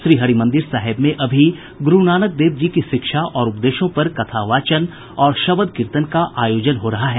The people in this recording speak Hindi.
श्रीहरिमंदिर साहिब में अभी गुरूनानक देव जी की शिक्षा और उपदेशों पर कथावाचन और शबद कीर्तन का आयोजन हो रहा है